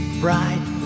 bright